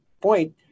point